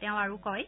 তেওঁ আৰু কয়